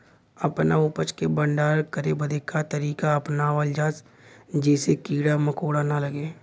अपना उपज क भंडारन करे बदे का तरीका अपनावल जा जेसे कीड़ा मकोड़ा न लगें?